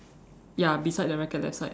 ya beside the racket that side